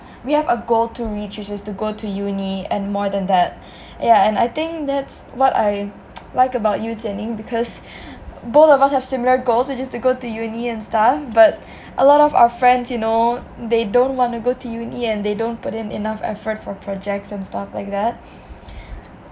we have a goal to reach which is to go to uni and more than that yah and I think that's what I like about you Jian-Ning because both of us have similar goals which is to go to uni and stuff but a lot of our friends you know they don't wanna go to uni and they don't put in enough effort for projects and stuff like that